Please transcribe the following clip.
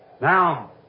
now